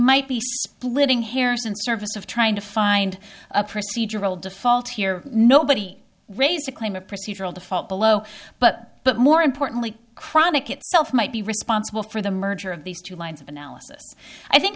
might be splitting hairs in service of trying to find a procedural default here nobody raise a claim of procedural default below but but more importantly chronic itself might be responsible for the merger of these two lines of analysis i think